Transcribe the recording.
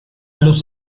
los